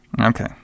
Okay